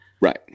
Right